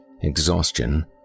exhaustion